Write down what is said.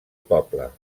poble